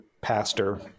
pastor